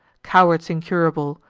cowards incurable,